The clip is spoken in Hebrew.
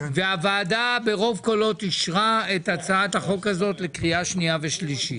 התשפ"ג-2022, הכנה לקריאה שנייה ושלישית.